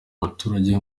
baturage